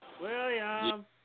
William